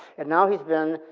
and now he's been,